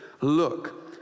Look